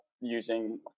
using